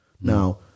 Now